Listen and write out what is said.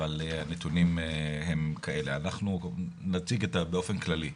אבל הנתונים הם כאלה, אנחנו נציג באופן כללי.